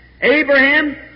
Abraham